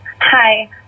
Hi